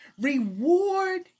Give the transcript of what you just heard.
reward